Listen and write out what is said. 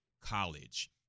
college